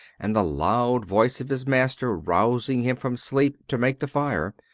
and the loud voice of his master rousing him from sleep to make the fire,